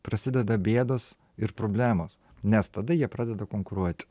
prasideda bėdos ir problemos nes tada jie pradeda konkuruoti